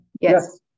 Yes